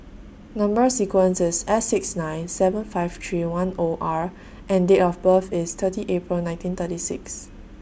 Number sequence IS S six nine seven five three one O R and Date of birth IS thirty April nineteen thirty six